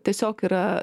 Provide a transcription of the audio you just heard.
tiesiog yra